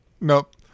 Nope